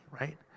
right